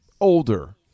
older